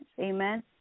Amen